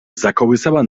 zakołysała